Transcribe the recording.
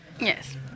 Yes